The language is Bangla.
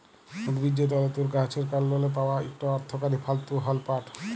উদ্ভিজ্জ তলতুর গাহাচের কাল্ডলে পাউয়া ইকট অথ্থকারি তলতু হ্যল পাট